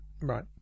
right